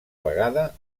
vegada